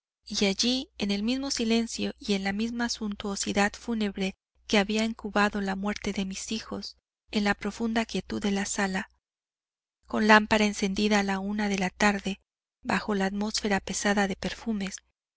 allí en el mismo silencio y la misma suntuosidad fúnebre que había incubado la muerte de mis hijos en la profunda quietud de la sala con lámpara encendida a la una de la tarde bajo la atmósfera pesada de perfumes